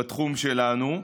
שלנו.